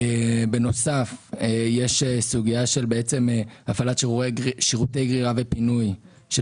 בנוסף יש סוגיה של הפעלת שירותי גרירה ופינוי של